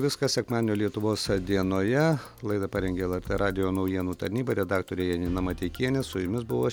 viskas sekmadienio lietuvos dienoje laidą parengė lrt radijo naujienų tarnyba redaktorė janina mateikienė su jumis buvo